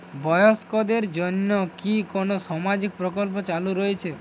বয়স্কদের জন্য কি কোন সামাজিক প্রকল্প চালু রয়েছে?